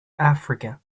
africa